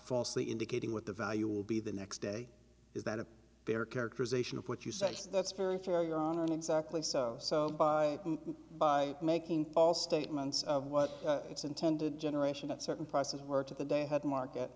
falsely indicating what the value will be the next day is that a fair characterization of what you say so that's very fair your honor and exactly so so by by making false statements of what its intended generation that certain prices were to the day had a market